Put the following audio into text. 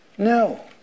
No